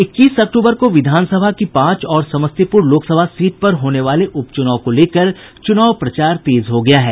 इक्कीस अक्टूबर को विधानसभा की पांच और समस्तीपुर लोकसभा सीट पर होने वाले उपचुनाव को लेकर चुनाव प्रचार तेज हो गया है